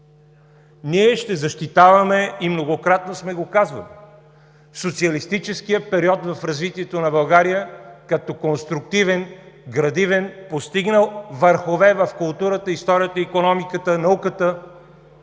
Ние ще защитаваме и многократно сме го казвали социалистическия период в развитието на България като конструктивен, градивен, постигнал върхове в културата, историята, икономиката, науката